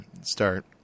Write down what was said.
start –